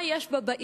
מה יש בה,